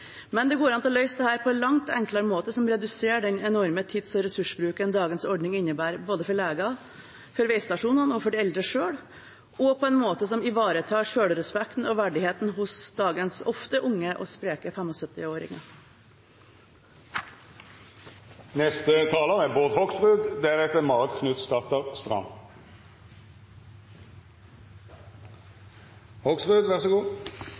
men det går an å løse dette på en langt enklere måte, som reduserer den enorme tids- og ressursbruken dagens ordning innebærer for leger, for trafikkstasjonene og for de eldre selv, og på en måte som ivaretar selvrespekten og verdigheten hos dagens ofte unge og spreke 75-åringer. Dette er